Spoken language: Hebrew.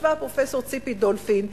ישבה פרופסור ציפי דולפין,